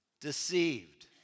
deceived